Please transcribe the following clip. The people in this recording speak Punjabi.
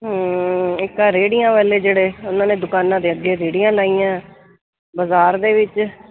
ਇੱਕ ਆਹ ਰਿਹੜੀਆਂ ਵਾਲੇ ਜਿਹੜੇ ਉਹਨਾਂ ਨੇ ਦੁਕਾਨਾਂ ਦੇ ਅੱਗੇ ਰਿਹੜੀਆਂ ਲਾਈਆਂ ਬਾਜ਼ਾਰ ਦੇ ਵਿੱਚ